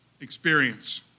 experience